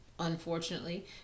unfortunately